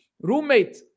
Roommate